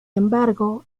embargo